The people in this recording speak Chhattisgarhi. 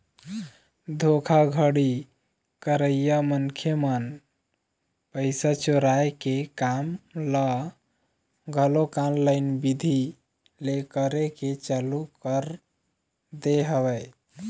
धोखाघड़ी करइया मनखे मन पइसा चोराय के काम ल घलोक ऑनलाईन बिधि ले करे के चालू कर दे हवय